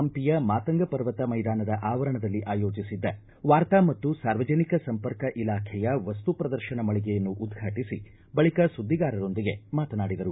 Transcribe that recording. ಹಂಪಿಯ ಮಾತಂಗ ಪರ್ವತ ಮೈದಾನದ ಆವರಣದಲ್ಲಿ ಆಯೋಜಿಸಿದ್ದ ವಾರ್ತಾ ಮತ್ತು ಸಾರ್ವಜನಿಕ ಸಂಪರ್ಕ ಇಲಾಖೆಯ ವಸ್ತು ಪ್ರದರ್ಶನ ಮಳಿಗೆಯನ್ನು ಉದ್ಘಾಟಿಸಿ ಬಳಿಕ ಸುದ್ದಿಗಾರರೊಂದಿಗೆ ಮಾತನಾಡಿದರು